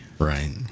Right